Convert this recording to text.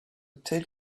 tell